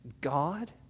God